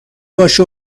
باشه